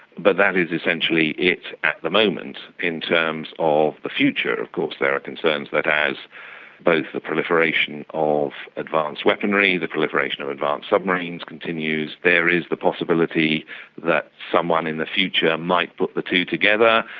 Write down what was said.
but that is essentially it at the moment. in terms of the future, of course, there are concerns that as both the proliferation of advanced weaponry, the proliferation of advanced submarines continues, there is the possibility that someone in the future might put the two together.